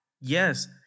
Yes